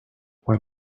when